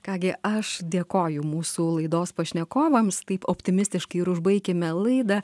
ką gi aš dėkoju mūsų laidos pašnekovams taip optimistiškai ir užbaikime laidą